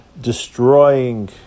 destroying